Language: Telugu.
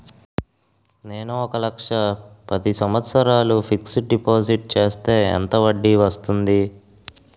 నేను ఒక లక్ష పది సంవత్సారాలు ఫిక్సడ్ డిపాజిట్ చేస్తే ఎంత వడ్డీ వస్తుంది?